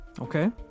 okay